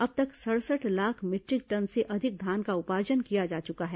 अब तक सड़सठ लाख मीटरिक टन से अधिक धान का उपार्जन किया जा चुका है